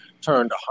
turned